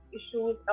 issues